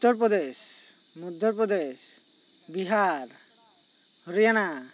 Uttar Pradesh Madhya Pradesh Bihar Haryana